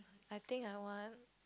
I think I want